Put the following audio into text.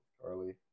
Charlie